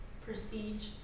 prestige